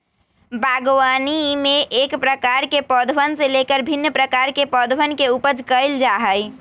बागवानी में एक प्रकार के पौधवन से लेकर भिन्न प्रकार के पौधवन के उपज कइल जा हई